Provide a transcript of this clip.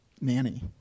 nanny